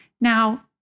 Now